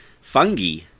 fungi